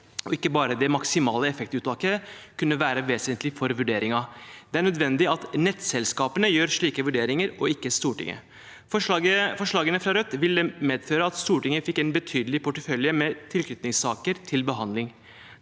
og ikke bare det maksimale effektuttaket kunne være vesentlig for vurderingen. Det er nødvendig at nettselskapene gjør slike vurderinger, og ikke Stortinget. Forslagene fra Rødt ville medføre at Stortinget fikk en betydelig portefølje med tilknytningssaker til behandling.